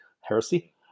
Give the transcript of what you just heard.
heresy